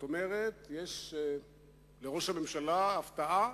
זאת אומרת, יש לראש הממשלה הפתעה,